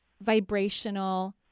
vibrational